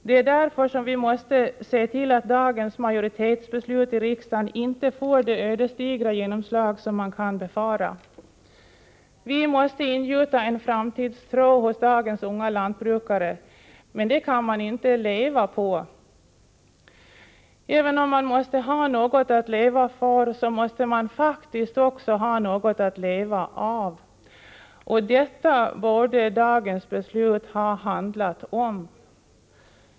Det är därför som vi måste se till att dagens majoritetsbeslut i riksdagen inte får det ödesdigra genomslag som man kan befara. Vi måste ingjuta en framtidstro i dagens unga lantbrukare, men det kan de inte leva på. Även om det är viktigt att ha något att leva för, så måste man faktiskt också ha något att leva av. Detta borde dagens beslut ha handlat om.